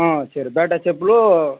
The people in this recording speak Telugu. సరే బాటా చెప్పులు